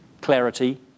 clarity